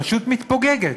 פשוט מתפוגגת.